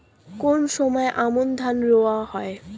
কোন সময় আমন ধান রোয়া হয়?